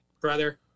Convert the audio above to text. brother